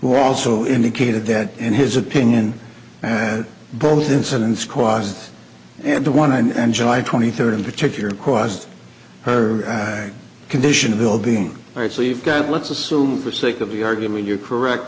also indicated that in his opinion both incidents caused and the one and july twenty third in particular caused her condition will be right so you've got let's assume for sake of the argument you're correct